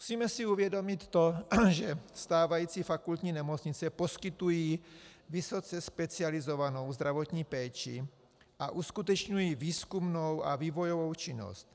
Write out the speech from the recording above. Musíme si uvědomit, že stávající fakultní nemocnice poskytují vysoce specializovanou zdravotní péči a uskutečňují výzkumnou a vývojovou činnost.